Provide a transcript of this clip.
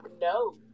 no